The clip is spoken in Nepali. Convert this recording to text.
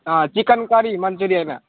अँ चिकन करी मन्चुरियन होइन